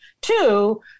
two